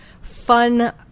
fun